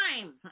time